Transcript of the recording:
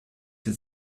sie